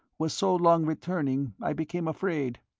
was so long returning i became afraid.